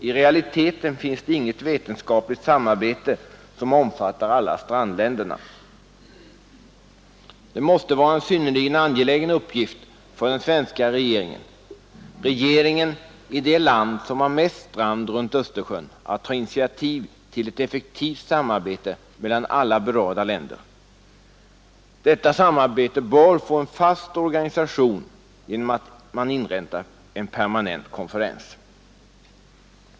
I realiteten finns det inget vetenskapligt samarbete som omfattar alla strandländerna. Det måste vara en synnerligen angelägen uppgift för den svenska regeringen — regeringen i det land som har mest strand runt Östersjön — att ta initiativ till ett effektivt samarbete mellan alla berörda länder. Detta samarbete bör få en fast organisation genom att man inrättar en permanent konferens.